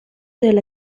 della